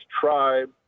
tribe